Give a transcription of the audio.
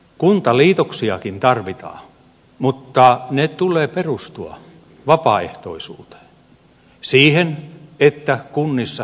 kuntaliitoksiakin tarvitaan mutta niiden tulee perustua vapaaehtoisuuteen siihen että kunnissa sitoudutaan niihin